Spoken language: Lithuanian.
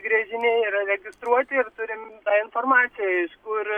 gręžiniai yra registruoti ir turim tą informaciją iš kur